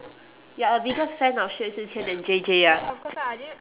you're a bigger fan of xue zhi qian than J_J ah